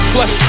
Plus